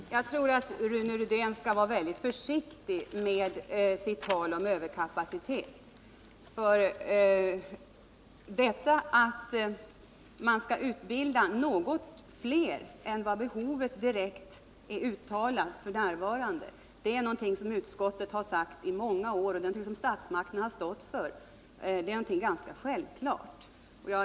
Herr talman! Jag tror att Rune Rydén skall vara väldigt försiktig i sitt tal om överkapacitet. Att man skall utbilda något fler än vad som f. n. direkt behövs är något som utskottet har sagt i många år och som statsmakterna har stått för — och det är ganska självklart.